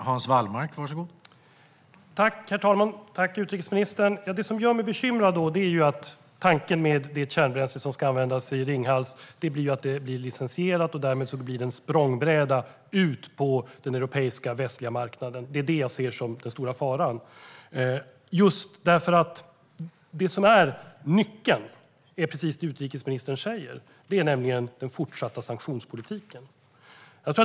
Herr talman! Tack, utrikesministern! Det som gör mig bekymrad är att tanken med det kärnbränsle som ska användas i Ringhals är att det blir licensierat och därmed en språngbräda ut på den västliga europeiska marknaden. Det är vad jag ser som den stora faran. Det som är nyckeln är precis det som utrikesministern säger, nämligen den fortsatta sanktionspolitiken.